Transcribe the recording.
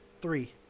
Three